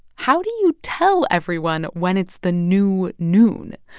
how do you tell everyone when it's the new noon?